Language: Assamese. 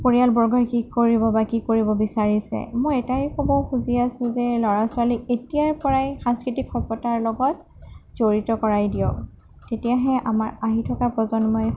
পৰিয়ালবৰ্গই কি কৰিব বা কি কৰিব বিচাৰিছে মই এটাই ক'ব খুজি আছোঁ যে ল'ৰা ছোৱালীক এতিয়াৰ পৰাই সাংস্কৃতিক সভ্যতাৰ লগত জড়িত কৰাই দিয়ক তেতিয়াহে আমাৰ আহি থকা প্ৰজন্মই